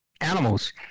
animals